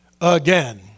again